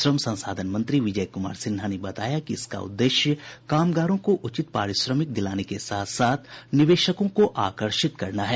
श्रम संसाधन मंत्री विजय कुमार सिन्हा ने बताया कि इसका उद्देश्य कामगारों को उचित पारिश्रमिक दिलाने के साथ साथ निवेशकों को आकर्षित करना है